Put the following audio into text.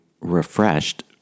refreshed